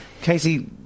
Casey